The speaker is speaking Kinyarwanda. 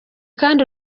kandi